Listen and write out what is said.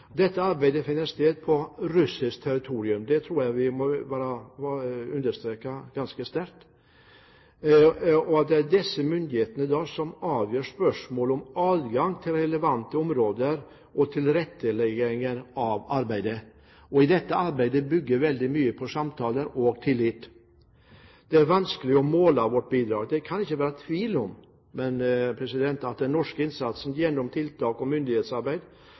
Dette arbeidet finner sted på russisk territorium – det tror jeg vi må understreke ganske sterkt. Det er myndighetene der som avgjør spørsmålet om adgang til relevante områder og tilrettelegging av arbeidet. Dette arbeidet bygger veldig mye på samtaler og tillit. Det er vanskelig å måle vårt bidrag. Det kan ikke være tvil om at den norske innsatsen gjennom tiltak og myndighetsarbeid